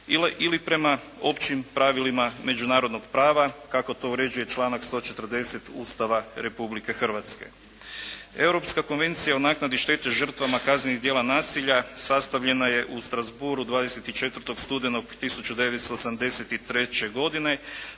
ili prema općim pravilima međunarodnog prava kako to uređuje članak 140. Ustava Republike Hrvatske. Europska konvencija o naknadi štete žrtvama kaznenih djela nasilja sastavljena je u Strasbourgu 24. studenog 1983. godine